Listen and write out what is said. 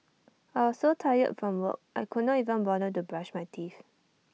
I was so tired from work I could not even bother to brush my teeth